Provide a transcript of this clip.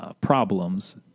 problems